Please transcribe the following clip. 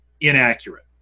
inaccurate